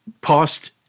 past